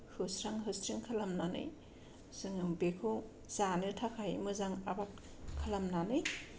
होस्रां होस्रिं खालामनानै जोङो बेखौ जानो थाखाय मोजां आबाद खालामनानै